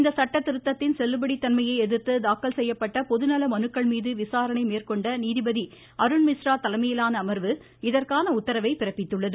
இந்த சட்ட திருத்தத்தின் செல்லுபடி தன்மையை எதிர்த்து தாக்கல் செய்யப்பட்ட பொதுநல மனுக்கள்மீது விசாரணை மேற்கொண்ட நீதிபதி அருண்மிஸ்ரா தலைமையிலான அமர்வு இதற்கான உத்தரவை பிறப்பித்துள்ளது